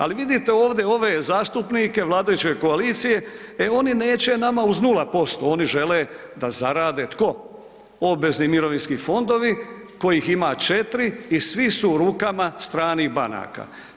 Ali vidite ovdje ove zastupnike vladajuće koalicije, e oni neće nama uz 0% oni žele da zarade, tko, obvezni mirovinski fondovi kojih ima 4 i svi su u rukama stranih banaka.